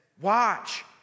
Watch